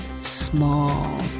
small